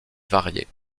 variée